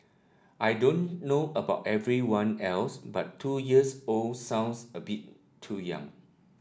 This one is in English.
I don't know about everyone else but two years old sounds a bit too young